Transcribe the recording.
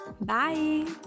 Bye